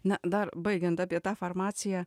na dar baigiant apie tą farmaciją